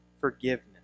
forgiveness